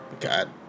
God